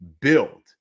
build